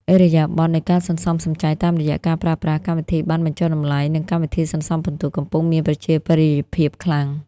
ឥរិយាបថនៃការសន្សំសំចៃតាមរយៈការប្រើប្រាស់ "កម្មវិធីប័ណ្ណបញ្ចុះតម្លៃ" និង "កម្មវិធីសន្សំពិន្ទុ" កំពុងមានប្រជាប្រិយភាពខ្លាំង។